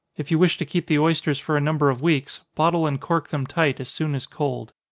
if you wish to keep the oysters for a number of weeks, bottle and cork them tight as soon as cold.